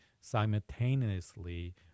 simultaneously